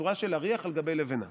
בצורה של אריח על גבי לבנה